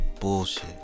bullshit